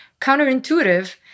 counterintuitive